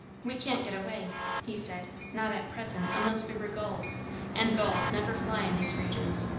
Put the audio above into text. we can't get away, he said. not at present, unless we were gulls and gulls never fly in these regions.